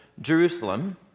Jerusalem